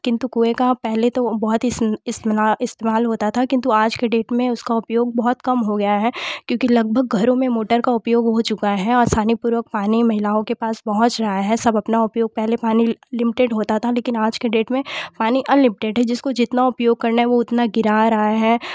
किन्तु कुएँ का पहले तो बहुत ही इस्तेमाल होता था किन्तु आज के डेट में उसका उपयोग बहुत कम हो गया है क्योंकि लगभग घरों में मोटर का उपयोग हो चुका है आसानीपूर्वक पानी महिलाओं के पास पहुँच रहा है सब अपना उपयोग पहले पानी लिमिटेड होता था लेकिन आज के डेट में पानी अनलिमिटेड है जिसको जितना उपयोग करना है वो उतना गिरा रहा है